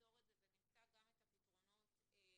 נפתור את זה ונמצא גם את הפתרונות לכך.